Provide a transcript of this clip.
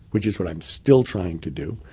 which is what i'm still trying to do.